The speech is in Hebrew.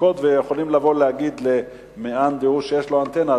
ויכולים להגיד למאן דהוא שיש לו אנטנה,